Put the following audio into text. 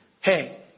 hey